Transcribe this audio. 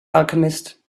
alchemist